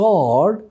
God